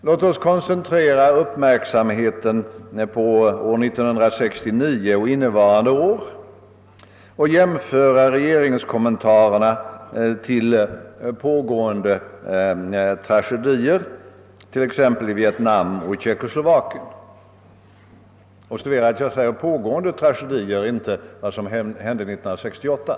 Låt oss koncentrera uppmärksamheten på år 1969 och innevarande år och jämföra regeringens kommentarer till pågående tragedier, t.ex. i Vietnam och Tjeckoslovakien. Observera att jag nu säger »pågående tragedier» och inte vad som hände år 1968!